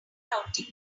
routing